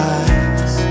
eyes